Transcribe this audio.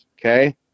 Okay